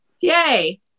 yay